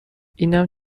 اینم